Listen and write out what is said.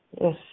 yes